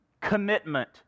commitment